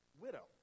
widow